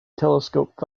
telescope